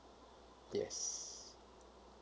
yes